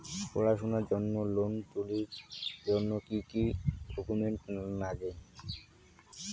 পড়াশুনার জন্যে লোন তুলির জন্যে কি কি ডকুমেন্টস নাগে?